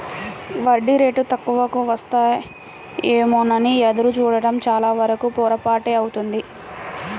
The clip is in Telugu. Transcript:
వడ్డీ రేటు తక్కువకు వస్తాయేమోనని ఎదురు చూడడం చాలావరకు పొరపాటే అవుతుంది